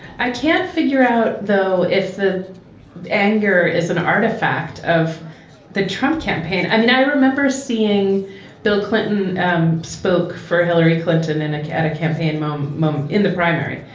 i can't figure out, though, if the anger is an artifact of the trump campaign. i mean, i remember seeing bill clinton um spoke for hillary clinton in a car at a campaign um moment in the primary.